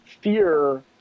fear